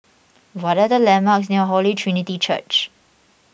what are the landmarks near Holy Trinity Church